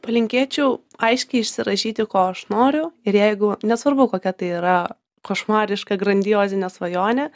palinkėčiau aiškiai išsirašyti ko aš noriu ir jeigu nesvarbu kokia tai yra košmariška grandiozinė svajonė